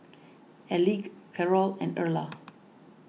Elige Carrol and Erla